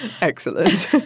Excellent